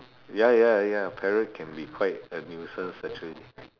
ya ya ya parrot can be quite a nuisance actually